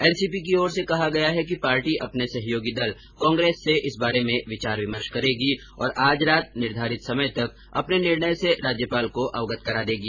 NCP की ओर से कहा गया है कि पार्टी अपने सहयोगी दल कांग्रेस से इस बारे में विचार विमर्श करेगी और आज रात निर्धारित समय तक अपने निर्णय से राज्यपाल को अवगत करा देगी